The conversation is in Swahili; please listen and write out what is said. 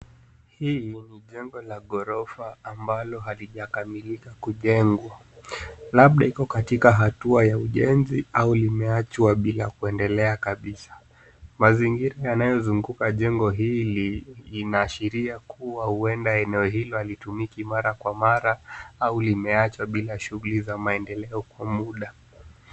Hii ni jengo la ghorofa ambalo halijakamilika kujengwa labda iko katika hatua ya ujenzi au limeachwa bila kuendelea kabisa. Mazingira yanayozunguka jengo hili inaashiria kuwa huenda eneo hilo halitumiki mara kwa mara au limeachwa bila shughuli za maendeleo kwa muda.